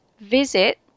visit